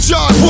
John